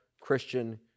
Christian